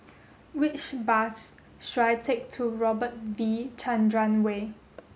which bus should I take to Robert V Chandran Way